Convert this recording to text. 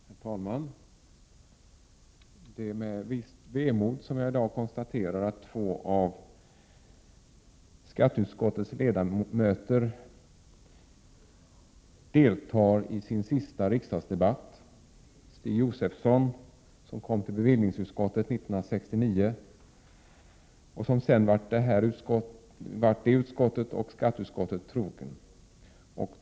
Herr talman! Det är med visst vemod jag i dag konstaterar att två av skatteutskottets ledamöter deltar i sin sista riksdagsdebatt. Stig Josefson kom till bevillningsutskottet 1969. Han har sedan varit det utskottet och skatteutskottet trogen.